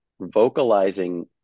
vocalizing